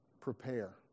prepare